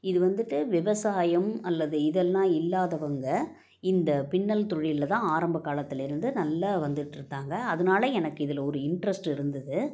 இது வந்துட்டு விவசாயம் அல்லது இதெல்லாம் இல்லாதவங்க இந்த பின்னல் தொழிலில் தான் ஆரம்ப காலத்திலேருந்து நல்ல வந்துட்டு இருந்தாங்க அதனால் எனக்கு இதில் ஒரு இன்ட்ரெஸ்ட் இருந்தது